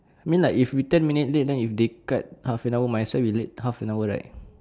mean like if we ten minute late then if they cut half an hour might as well we late half an hour right